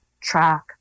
track